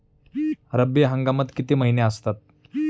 रब्बी हंगामात किती महिने असतात?